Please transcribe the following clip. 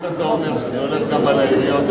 אם אתה אומר שזה הולך גם על העיריות,